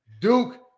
Duke